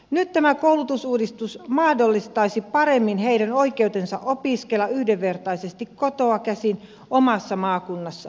nyt tämä koulutusuudistus mahdollistaisi paremmin heidän oikeutensa opiskella yhdenvertaisesti kotoa käsin omassa maakunnassa